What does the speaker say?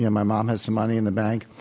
yeah my mom has some money in the bank,